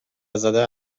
زده